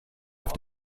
auf